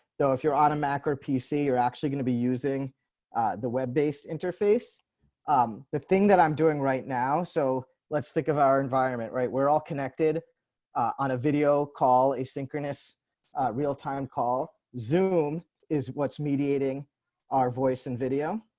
though, if you're on a mac or pc are actually going to be using the web based interface. reshan richards um the thing that i'm doing right now. so let's think of our environment, right, we're all connected on a video call a synchronous real time call zoom is what's mediating our voice and video.